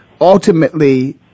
ultimately